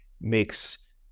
makes